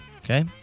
Okay